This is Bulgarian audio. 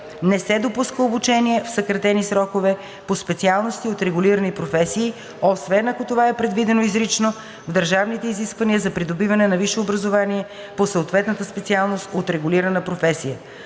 Не се допуска обучение в съкратени срокове по специалности от регулирани професии, освен ако това е предвидено изрично в държавните изисквания за придобиване на висше образование по съответната специалност от регулирана професия.“